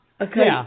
okay